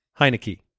Heineke